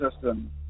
System